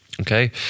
Okay